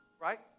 right